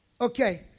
Okay